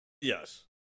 Yes